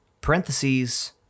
Parentheses